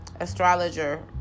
Astrologer